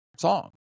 song